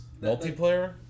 Multiplayer